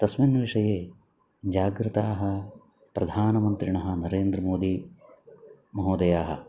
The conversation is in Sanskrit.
तस्मिन् विषये जागृताः प्रधानमन्त्रिणः नरेन्द्रमोदी महोदयाः